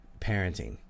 parenting